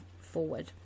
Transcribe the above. forward